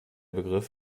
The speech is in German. begriff